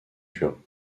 durs